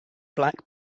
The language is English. black